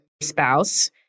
spouse